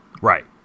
Right